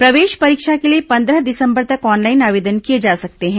प्रवेश परीक्षा के लिए पंद्रह दिसंबर तक ऑनलाइन आवेदन किए जा सकते हैं